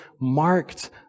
marked